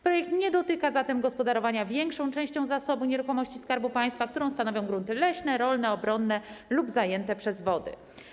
Projekt nie dotyka zatem gospodarowania większą częścią zasobu nieruchomości Skarbu Państwa, którą stanowią grunty leśne, rolne, obronne lub zajęte przez wody.